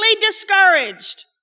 discouraged